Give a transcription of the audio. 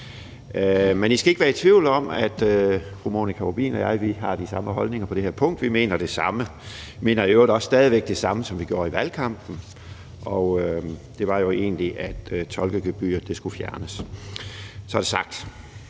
Men I skal ikke være i tvivl om, at fru Monika Rubin og jeg har de samme holdninger på det her punkt; vi mener det samme. Vi mener i øvrigt også stadig væk det samme, som vi gjorde i valgkampen, og det var jo egentlig, at tolkegebyret skulle fjernes. Så er det sagt.